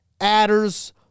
adders